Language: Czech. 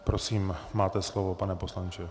Prosím, máte slovo, pane poslanče.